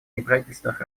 неправительственных